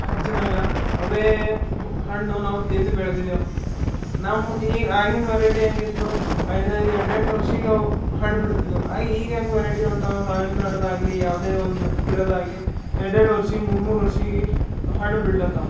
ಹಚ್ಚಿದಾಗ ಅವೇ ಹು ಹಣ್ಣು ನಾವು ತಿಂದು ಬೆಳ್ದಿದೇವೆ ನಮ್ಮ ಇ ಆಗಿನ ವೆರೈಟಿ ಹೇಗಿತ್ತು ಐದೈದು ಎಂಟೆಂಟು ವರ್ಷಕ್ಕೆ ಅವು ಹಣ್ಣು ಬಿಡ್ತಿತ್ತು ಆಗ ಈಗ ಹೆಂಗೆ ವೆರೈಟಿ ಮಾವಿನ ಹಣ್ಣಿದಾಗಲಿ ಯಾವುದೇ ಒಂದು ಗಿಡದಾಗಲಿ ಎರ್ಡೆರಡು ವರ್ಷಕ್ಕೆ ಮೂರು ಮೂರು ವರ್ಷಕ್ಕೆ ಹಣ್ಣು ಬಿಡ್ಲತ್ತವ